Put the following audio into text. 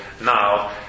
now